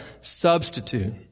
substitute